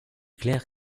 clair